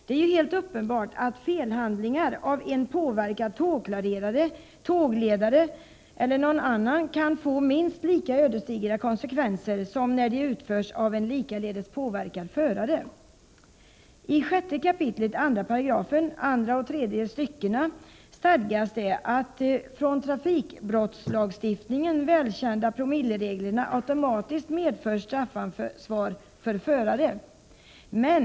Det är ju helt uppenbart att felhandlingar av en påverkad tågklarerare, tågledare eller motsvarande kan få minst lika ödesdigra konsekvenser som när sådana utförs av en påverkad förare. Enligt förslaget till järnvägstrafiklag 6 kap. 2§ andra och tredje styckena skall de från trafikbrottslagstiftningen välkända promillereglerna avseende straffansvar för förare införas i den nya lagen.